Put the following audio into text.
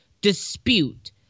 dispute